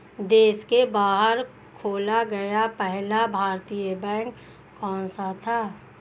देश के बाहर खोला गया पहला भारतीय बैंक कौन सा था?